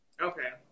Okay